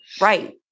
Right